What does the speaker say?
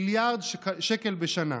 מיליארד שקל בשנה.